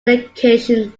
location